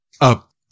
Up